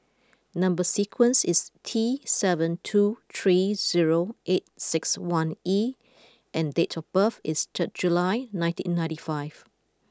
number sequence is T seven two three zero eight six one E and date of birth is third July nineteen ninety five